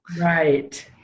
Right